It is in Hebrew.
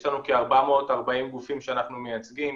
יש לנו כ-440 גופים שאנחנו מייצגים,